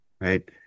Right